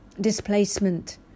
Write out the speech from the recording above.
displacement